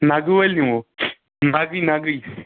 نگہٕ وألۍ نِمو نگٕے نگٕے